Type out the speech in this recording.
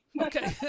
Okay